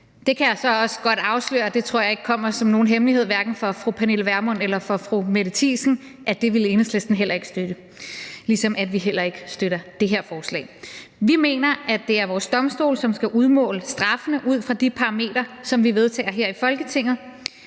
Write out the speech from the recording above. Det kan jeg så også godt afsløre, og det tror jeg ikke kommer som nogen hemmelighed, hverken for fru Pernille Vermund eller for fru Mette Thiesen, at Enhedslisten heller ikke vil støtte, ligesom vi heller ikke støtter det her forslag. Vi mener, at det er vores domstole, som skal udmåle straffene ud fra de parametre, som vi vedtager her i Folketinget,